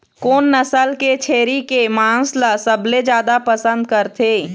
कोन नसल के छेरी के मांस ला सबले जादा पसंद करथे?